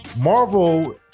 Marvel